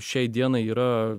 šiai dienai yra